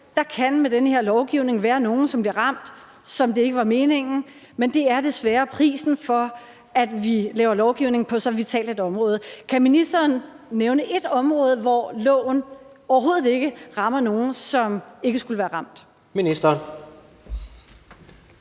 der med den lovgivning kan være nogle, som bliver ramt, som det ikke var meningen at ramme, men det er desværre prisen for, at vi laver lovgivning på så vitalt et område. Kan ministeren nævne ét område, hvor loven overhovedet ikke rammer nogen, som ikke skulle være ramt? Kl.